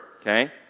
okay